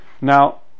Now